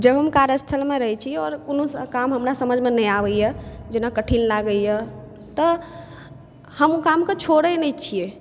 जब हम कार्यस्थलमे रहै छी आओर कोनो काम हमरा समझमे नहि आबैया जेना कठिन लागैए तऽ हम ओ कामकेँ छोड़ै नहि छियै